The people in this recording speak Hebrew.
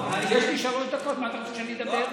יש לי שלוש דקות, על מה אתה רוצה שאני אדבר?